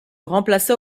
remplaça